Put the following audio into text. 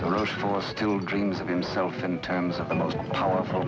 for still dreams of himself and terms of the most powerful